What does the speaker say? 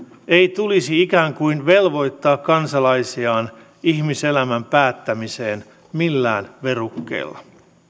ei tulisi ikään kuin velvoittaa kansalaisiaan ihmiselämän päättämiseen millään verukkeella